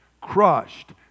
crushed